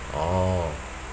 orh